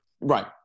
right